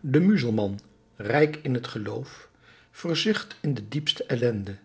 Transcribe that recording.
de muzelman rijk in het geloof verzucht in de diepste ellende